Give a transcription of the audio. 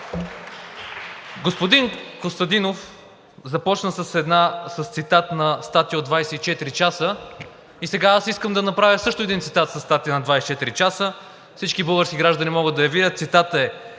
Господин Костадинов започна с цитат на статия от „24 часа“ и сега аз искам да направя също един цитат със статия на „24 часа“ – всички български граждани могат да я видят, цитатът